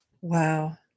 Wow